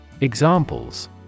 Examples